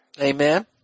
Amen